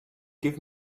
give